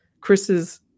chris's